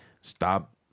stop